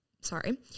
sorry